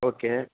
okay